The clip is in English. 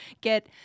get